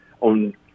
on